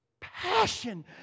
passion